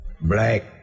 black